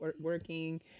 working